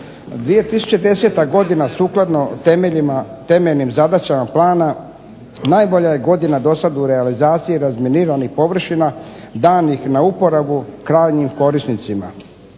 2010. godina sukladno temeljnim zadaćama plana najbolja je godina dosad u realizaciji razminiranih površina danih na uporabu krajnjim korisnicima.